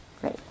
Great